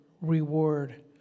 reward